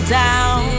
down